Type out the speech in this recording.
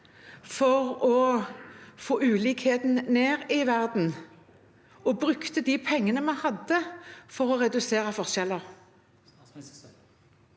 for å få ned ulikhetene i verden, og brukte de pengene vi hadde, for å redusere forskjeller.